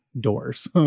doors